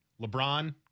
LeBron